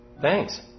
Thanks